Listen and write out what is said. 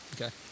Okay